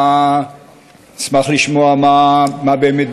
אשמח לשמוע מה באמת,